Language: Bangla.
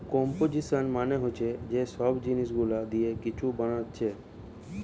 কম্পোজিশান মানে হচ্ছে যে সব জিনিস গুলা দিয়ে কিছু বানাচ্ছে